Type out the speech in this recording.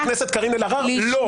חברת הכנסת קארין אלהרר, לא.